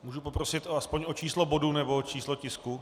Můžu poprosit aspoň o číslo bodu nebo číslo tisku?